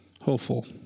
hopeful